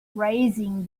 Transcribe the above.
raising